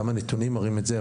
גם הנתונים מראים את זה,